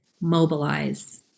mobilize